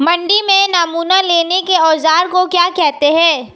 मंडी में नमूना लेने के औज़ार को क्या कहते हैं?